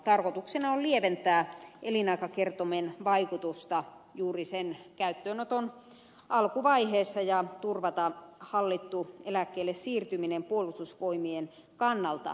tarkoituksena on lieventää elinaikakertoimen vaikutusta juuri sen käyttöönoton alkuvaiheessa ja turvata hallittu eläkkeelle siirtyminen puolustusvoimien kannalta